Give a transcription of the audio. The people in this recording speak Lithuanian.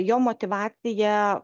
jo motyvacija